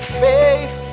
faith